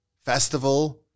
festival